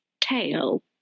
tail